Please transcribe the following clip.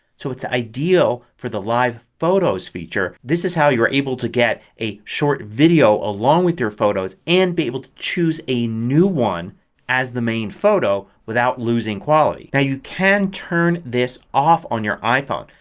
so it's ideal for the live photos feature. this is how you're able to get a short video along with your photos and be able to choose a new one as the main photo without loosing quality. now you can turn this off on your iphone.